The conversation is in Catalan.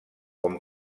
com